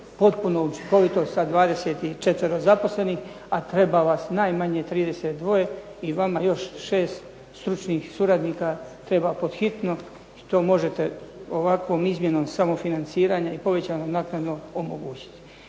potpuno učinkovito sa 24 zaposlenih, a treba vas najmanje 32 i vama još 6 stručnih suradnika treba pod hitno i to možete ovakvom izmjenom samofinanciranja i povećanom naknadom omogućiti.